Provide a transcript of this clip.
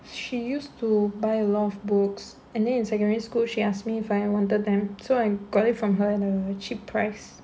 she used to buy a lot of books and then in secondary school she asked me if I wanted them so I got it from her at a cheap price